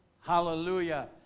Hallelujah